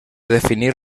definir